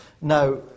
Now